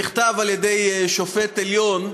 שנכתב על-ידי שופט העליון,